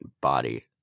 body